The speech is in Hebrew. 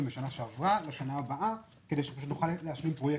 משנה שעברה לשנה הבאה כדי שנוכל להשלים פרויקטים.